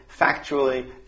factually